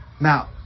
Now